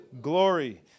glory